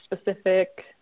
Specific